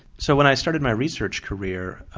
so when i started my research career,